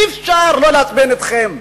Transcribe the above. אי-אפשר לא לעצבן אתכם.